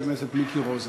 חבר הכנסת מיקי רוזנטל.